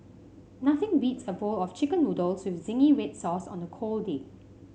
nothing beats a bowl of chicken noodles with zingy red sauce on a cold day